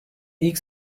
ilk